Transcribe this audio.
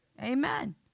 amen